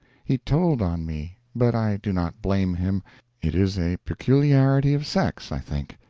he told on me, but i do not blame him it is a peculiarity of sex, i think,